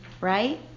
Right